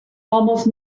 almost